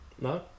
No